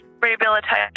rehabilitation